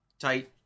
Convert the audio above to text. tight